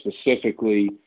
specifically